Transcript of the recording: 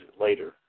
later